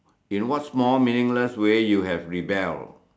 in what small meaningless way you have rebel